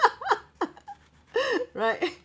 right